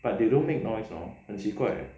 but they don't make noise hor 很奇怪 leh